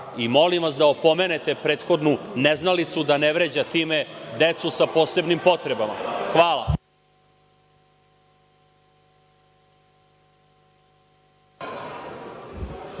i molim vas da opomenete prethodnu neznalicu da ne vređa time decu sa posebnim potrebama. Hvala.